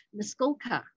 Muskoka